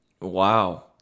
Wow